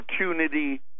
opportunity